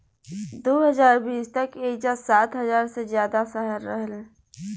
दू हज़ार बीस तक एइजा सात हज़ार से ज्यादा शहर रहल